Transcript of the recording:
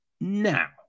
Now